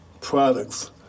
products